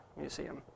Museum